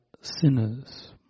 sinners